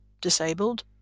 disabled